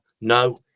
No